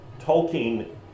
Tolkien